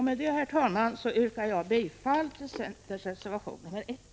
Med detta, herr talman, yrkar jag bifall till centerns reservation 1.